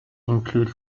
include